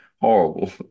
horrible